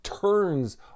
turns